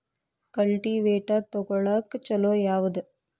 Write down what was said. Cultivator ತೊಗೊಳಕ್ಕ ಛಲೋ ಯಾವದ?